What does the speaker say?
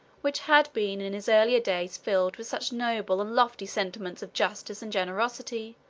which had been in his earlier days filled with such noble and lofty sentiments of justice and generosity,